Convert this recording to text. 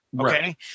Okay